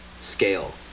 scale